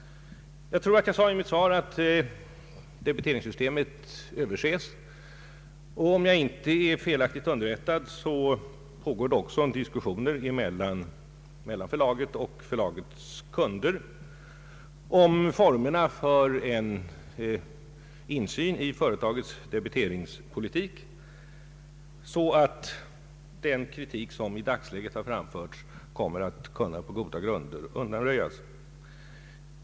Jag tror att jag i mitt svar sade att debiteringssystemet överses, och om jag inte är felaktigt underrättad pågår det också diskussioner mellan förlaget och förlagets kunder om formerna för en insyn i företagets debiteringspolitik. De brister som i dagsläget har kritiserats finns det alltså goda grunder att anta kommer att undanröjas.